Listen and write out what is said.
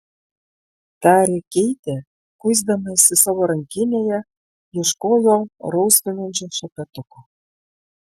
tarė keitė kuisdamasi savo rankinėje ieškojo rausvinančio šepetuko